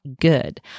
good